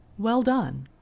well done!